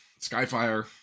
Skyfire